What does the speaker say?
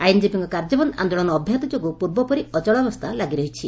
ଆଇନ୍କୀବୀଙ୍କ କାର୍ଯ୍ୟବନ୍ଦ ଆନ୍ଦୋଳନ ଅବ୍ୟାହତ ଯୋଗୁଁ ପୂର୍ବପରି ଅଚଳାବସ୍ଥା ଲାଗି ରହିଛି